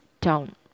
town